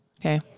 Okay